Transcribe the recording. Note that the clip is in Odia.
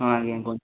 ହଁ ଆଜ୍ଞା କୁହନ୍ତୁ